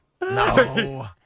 No